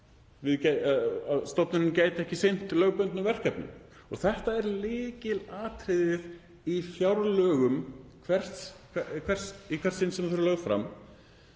stofnunin gæti ekki sinnt lögbundnum verkefnum. Þetta er lykilatriði í fjárlögum í hvert sinn sem þau eru lögð fram.